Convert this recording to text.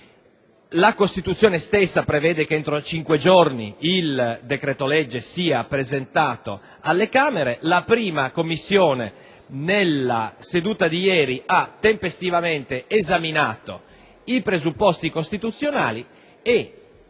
La Costituzione stessa prevede che entro cinque giorni il decreto-legge sia presentato alle Camere. La 1a Commissione nella seduta di ieri ha tempestivamente esaminato i presupposti costituzionali e,